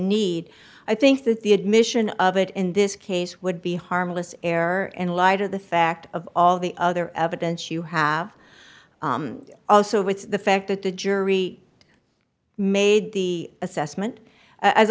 need i think that the admission of it in this case would be harmless error in light of the fact of all the other evidence you have also with the fact that the jury made the assessment as